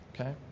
Okay